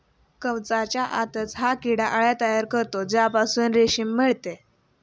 कवचाच्या आतच हा किडा अळ्या तयार करतो ज्यापासून रेशीम मिळते